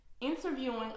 interviewing